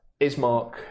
Ismark